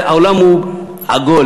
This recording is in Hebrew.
העולם הוא עגול,